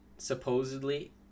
supposedly